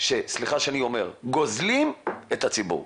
סליחה אני אומר שגוזלים את הציבור.